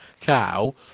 cow